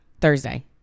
Thursday